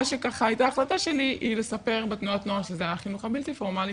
מה שהייתה ההחלטה שלי היא לספר בתנועת נוער שזה החינוך הבלתי פורמלי,